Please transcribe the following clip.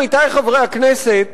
עמיתי חברי הכנסת,